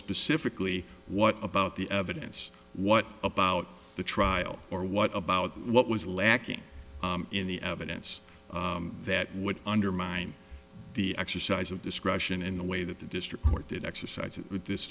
specifically what about the evidence what about the trial or what about what was lacking in the evidence that would undermine the exercise of discretion in the way that the district court did exercise it with this